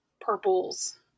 purples